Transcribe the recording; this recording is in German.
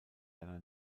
einer